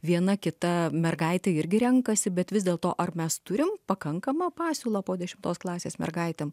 viena kita mergaitė irgi renkasi bet vis dėlto ar mes turime pakankamą pasiūlą po dešimtos klasės mergaitėms